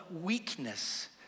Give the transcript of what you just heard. weakness